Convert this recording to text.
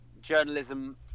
journalism